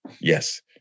Yes